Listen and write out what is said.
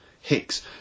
hicks